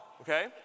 okay